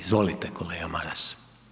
Izvolite kolega Maras.